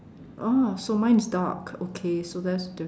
oh so mine is dark okay so that's different